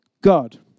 God